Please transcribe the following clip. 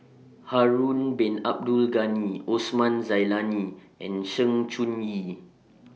Harun Bin Abdul Ghani Osman Zailani and Sng Choon Yee